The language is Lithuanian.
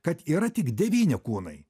kad yra tik devyni kūnai